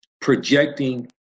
projecting